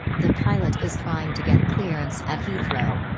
the pilot is trying to get clearance at heathrow.